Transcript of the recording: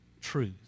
truth